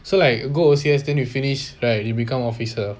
so like go O_C_S then you finish right you become officer